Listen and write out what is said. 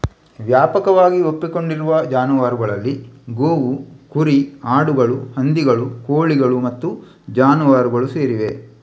ವ್ಯಾಪಕವಾಗಿ ಒಪ್ಪಿಕೊಂಡಿರುವ ಜಾನುವಾರುಗಳಲ್ಲಿ ಗೋವು, ಕುರಿ, ಆಡುಗಳು, ಹಂದಿಗಳು, ಕೋಳಿಗಳು ಮತ್ತು ಜಾನುವಾರುಗಳು ಸೇರಿವೆ